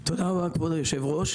תודה רבה אדוני היושב-ראש.